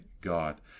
God